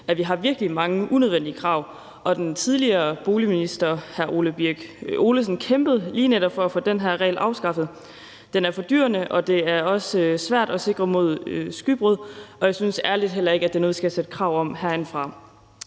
vi har virkelig mange unødvendige krav, og den tidligere boligminister hr. Ole Birk Olesen kæmpede lige netop for at få den her regel afskaffet. Den er fordyrende, og det er også svært at sikre sig imod skybrud, og jeg synes helt ærligt heller ikke, at det er noget, vi skal stille krav om herindefra.